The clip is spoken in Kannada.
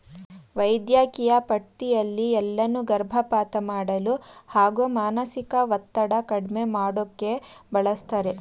ವೈದ್ಯಕಿಯ ಪದ್ಡತಿಯಲ್ಲಿ ಎಳ್ಳನ್ನು ಗರ್ಭಪಾತ ಮಾಡಲು ಹಾಗೂ ಮಾನಸಿಕ ಒತ್ತಡ ಕಡ್ಮೆ ಮಾಡೋಕೆ ಬಳಸ್ತಾರೆ